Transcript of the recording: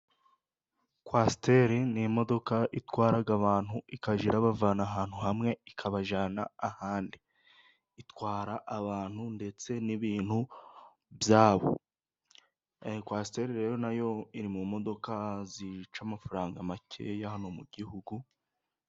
Kwasiteri ni imodoka itwara abantu ikajya ibavana ahantu hamwe ikabajyana ahandi, itwara abantu ndetse n'ibintu byabo. Kwasiteri rero nayo iri mu modoka zica amafaranga makeya hano mu gihugu.